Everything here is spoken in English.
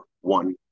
one